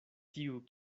tiu